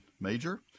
major